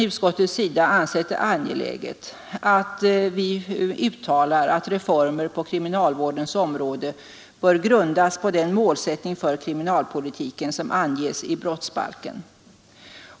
Utskottet har ansett det angeläget att uttala att reformer på kriminalvårdens område bör grundas på den målsättning för kriminalpolitiken som anges i brottsbalken.